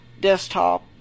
desktop